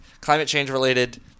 climate-change-related